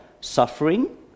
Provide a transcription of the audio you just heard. suffering